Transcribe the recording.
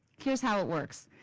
here's how it works.